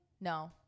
no